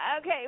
Okay